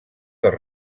dels